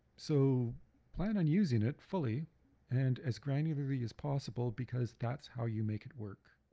so plan on using it fully and as granularly as possible because that's how you make it work.